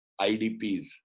IDPs